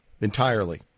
entirely